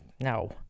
no